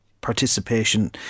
participation